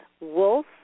wolf